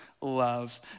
love